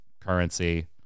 currency